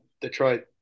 Detroit